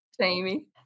Jamie